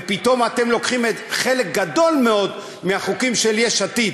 ופתאום אתם לוקחים חלק גדול מאוד מהחוקים של יש עתיד.